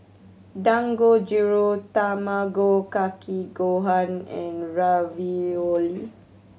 Dangojiru Tamago Kake Gohan and Ravioli